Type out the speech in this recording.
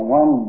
one